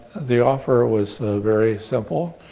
the offer was very simple.